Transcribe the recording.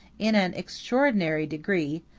in an extraordinary degree,